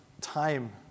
time